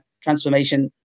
transformation